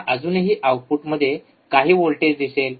मला अजूनही आउटपुटमध्ये काही आउटपुट व्होल्टेज दिसेल